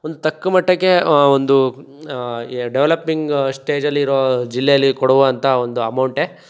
ಒಂದು ತಕ್ಕ ಮಟ್ಟಕ್ಕೇ ಒಂದು ಎ ಡೆವಲಪಿಂಗ್ ಸ್ಟೇಜಲಿರೋ ಜಿಲ್ಲೆಯಲ್ಲಿ ಕೊಡುವಂಥ ಒಂದು ಅಮೌಂಟೆ